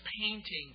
painting